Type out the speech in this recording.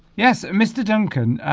yes mr. duncan